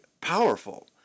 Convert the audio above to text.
powerful